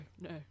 no